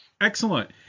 Excellent